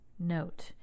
Note